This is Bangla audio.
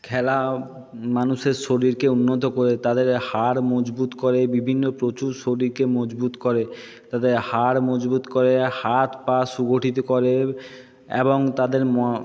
খেলা মানুষের শরীরকে উন্নত করে তাদের হাড় মজবুত করে বিভিন্ন প্রচুর শরীরকে মজবুত করে তাদের হাড় মজবুত করে হাত পা সুগঠিত করে এবং তাদের